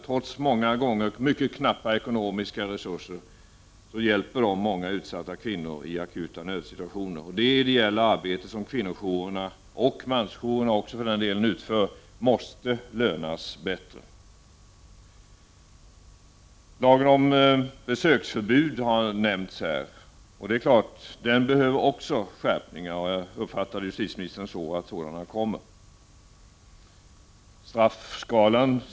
Trots många gånger mycket knappa ekonomiska resurser hjälper jourerna utsatta kvinnor i akuta nödsituationer. Det ideella arbete som kvinnorjourerna, och mansjourer, utför måste lönas bättre. Lagen om besöksförbud har nämnts. Den behöver också skärpas. Jag uppfattar justitieministern så, att sådana skärpningar kommer.